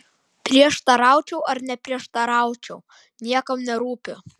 prieštaraučiau ar neprieštaraučiau niekam nerūpi